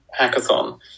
hackathon